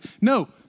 No